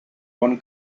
bon